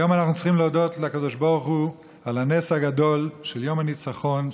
היום אנחנו צריכים להודות לקדוש ברוך הוא על הנס הגדול של יום הניצחון,